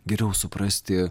geriau suprasti